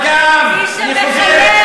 בגב, אני חוזר,